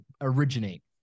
originate